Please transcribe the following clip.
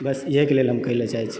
बस इएहके लेल हम कहय लऽ चाहैत छी